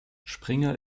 springer